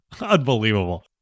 Unbelievable